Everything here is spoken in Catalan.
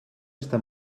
estar